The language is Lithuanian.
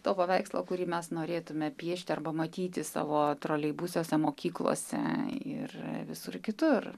to paveikslo kurį mes norėtume piešti arba matyti savo troleibusuose mokyklose ir visur kitur